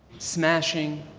smashing,